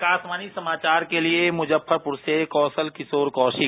आकाशवाणी समाचार के लिए मुजफ्फरपुर से केके कौशिक